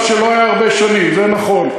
דבר שלא היה הרבה שנים, זה נכון.